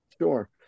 sure